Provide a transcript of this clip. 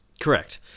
Correct